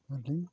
ᱟᱹᱞᱤᱧ